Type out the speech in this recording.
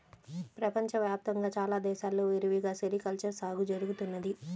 ప్రపంచ వ్యాప్తంగా చాలా దేశాల్లో విరివిగా సెరికల్చర్ సాగు జరుగుతున్నది